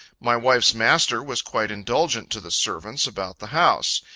my wife's master was quite indulgent to the servants about the house.